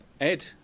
Ed